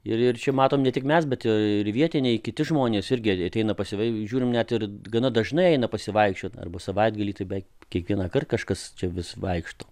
ir ir čia matom ne tik mes bet ir vietiniai kiti žmonės irgi ateina pasivai žiūrim net ir gana dažnai eina pasivaikščiot arba savaitgalį tai beveik kiekvienąkart kažkas čia vis vaikšto